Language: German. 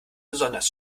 besonders